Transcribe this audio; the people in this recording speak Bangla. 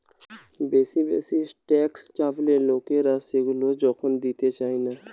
বেশি বেশি ট্যাক্স চাপালে লোকরা সেগুলা যখন দিতে চায়না